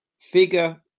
figure